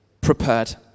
prepared